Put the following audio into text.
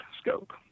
scope